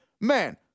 man